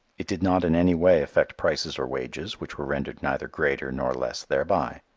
it did not in any way affect prices or wages, which were rendered neither greater nor less thereby.